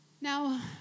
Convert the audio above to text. Now